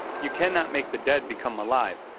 you cannot make the dead become alive.